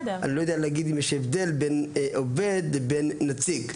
יודע להגיד אם יש הבדל בין עובד לבין נציג.